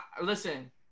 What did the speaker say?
Listen